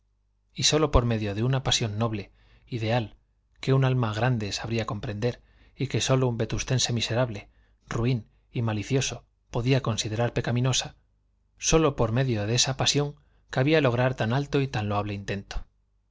y sólo por medio de una pasión noble ideal que un alma grande sabría comprender y que sólo un vetustense miserable ruin y malicioso podía considerar pecaminosa sólo por medio de esa pasión cabía lograr tan alto y tan loable intento